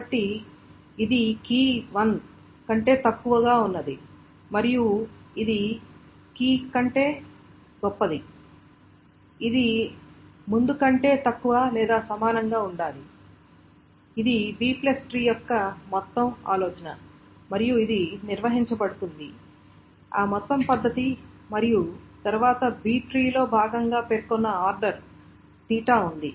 కాబట్టి ఇది కీ 1 కంటే తక్కువగా ఉన్నది మరియు ఇది కీ కంటే గొప్పది ఇది ముందు కంటే తక్కువ లేదా సమానంగా ఉండాలి ఇది B ట్రీ యొక్క మొత్తం ఆలోచన మరియు ఇది నిర్వహించబడుతుంది ఆ మొత్తం పద్ధతి మరియు తరువాత B ట్రీ లో భాగంగా పేర్కొన్న ఆర్డర్ తీటా ఉంది